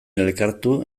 elkartu